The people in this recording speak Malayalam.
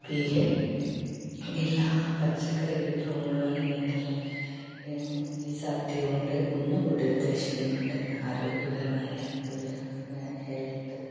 അവിയൽ എല്ലാ പച്ചക്കറി വിഭവങ്ങളും അടങ്ങിയിട്ടുള്ള ഈ സദ്യ കൊണ്ട് ഒന്ന് കൂടി ഉദ്ദേശിക്കുന്നുണ്ട് ആരോഗ്യപരമായ ഒരു ഹെൽത്ത്